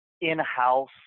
in-house